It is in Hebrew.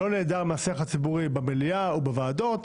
לא נעדר מהשיח הציבורי במליאה או בוועדות.